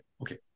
Okay